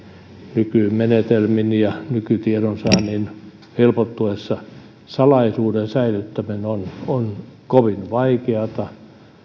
nykymenetelmin ja nykytiedonsaannin helpottuessa salaisuuden säilyttäminen on on kovin vaikeata